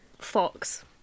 Fox